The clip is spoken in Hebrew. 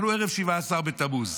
אנחנו ערב 17 בתמוז: